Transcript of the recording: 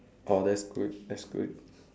oh that's good that's good